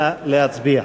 נא להצביע.